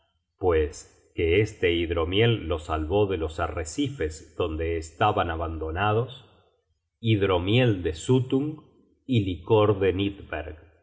pues que este hidromiel los salvó de los arrecifes donde estaban abandonados hidromiel de suttung y